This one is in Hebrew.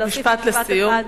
משפט לסיום.